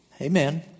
Amen